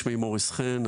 שמי מוריס חן,